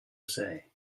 say